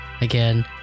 Again